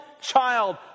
child